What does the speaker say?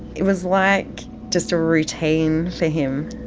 it was like just a routine for him.